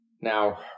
Now